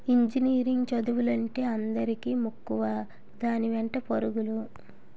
engineering చదువులంటే అందరికీ మక్కువ దాని వెంటే పరుగులు